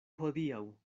hodiaŭ